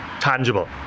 tangible